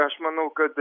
aš manau kad